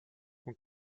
und